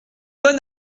bon